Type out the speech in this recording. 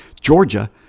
Georgia